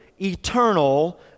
eternal